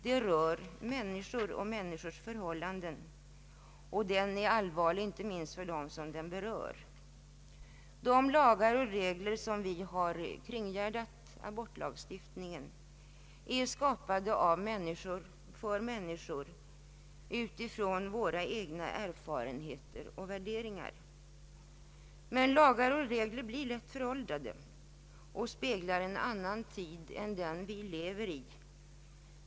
Det gäller människor och människors förhållanden, och frågan är allvarlig, inte minst för dem som den berör. De lagar och regler som vi kringgärdat abortlagstiftningen med är skapade av människor för människor utifrån våra egna erfarenheter och värderingar. Men lagar och regler blir lätt föråldrade och speglar en annan tid än den vi lever i.